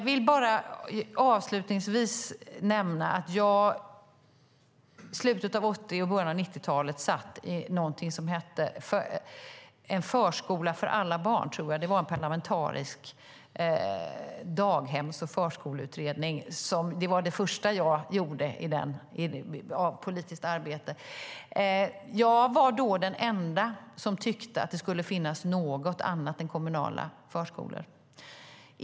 I slutet av 80-talet och början av 90-talet satt jag i en parlamentarisk daghems och förskoleutredning som jag tror hette En förskola för alla barn. Det var det första politiska arbete jag gjorde. Då var jag den enda som tyckte att det skulle finnas något annat än kommunala förskolor.